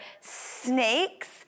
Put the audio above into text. snakes